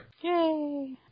Yay